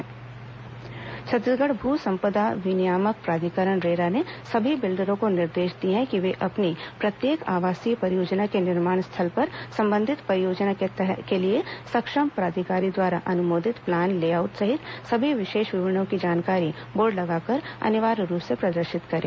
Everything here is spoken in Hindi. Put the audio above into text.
रेरा आवासीय परियोजना छत्तीसगढ़ भू सम्पदा विनियामक प्राधिकरण रेरा ने सभी बिल्डरों को निर्देश दिए हैं कि वे अपनी प्रत्येक आवासीय परियोजना के निर्माण स्थल पर संबंधित परियोजना के लिए सक्षम प्राधिकारी द्वारा अनुमोदित प्लान ले आऊट सहित सभी विशेष विवरणों की जानकारी बोर्ड लगाकर अनिवार्य रूप से प्रदर्शित करें